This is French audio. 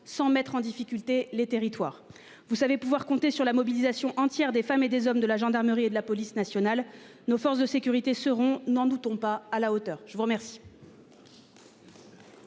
sans mettre en difficulté les territoires. Vous savez, pouvoir compter sur la mobilisation entière des femmes et des hommes de la gendarmerie et de la police nationale, nos forces de sécurité seront n'en doutons pas à la hauteur, je vous remercie.